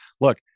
look